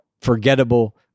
forgettable